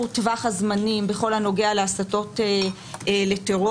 טווח הזמנים בכל הנוגע להסתות לטרור,